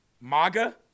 MAGA